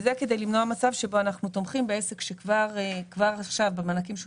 זה כדי למנוע מצב שבו אנחנו תומכים בעסק שכבר עכשיו במענקים שהוא